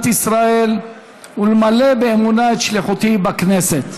ישראל ולמלא באמונה את שליחותי בכנסת".